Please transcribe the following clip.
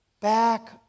Back